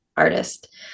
artist